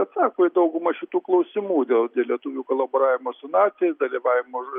atsako į dauguma šitų klausimų dėl lietuvių kolaboravimo su naciais dalyvavimą